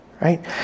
Right